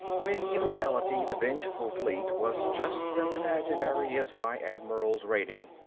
when in reality the vengeful fleet was just as imaginary as my admiral's rating.